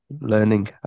learning